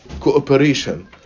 cooperation